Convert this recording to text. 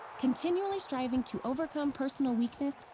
continually striving to overcome personal weakness,